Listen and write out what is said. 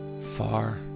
far